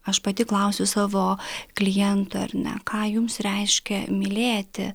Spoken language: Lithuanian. aš pati klausiu savo klientų ar ne ką jums reiškia mylėti